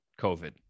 COVID